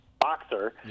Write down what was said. boxer